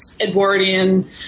Edwardian